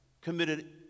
committed